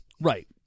Right